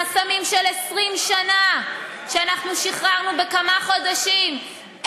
חסמים של 20 שנה שאנחנו שחררנו בכמה חודשים,